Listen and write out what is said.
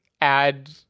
add